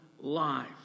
life